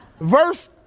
Verse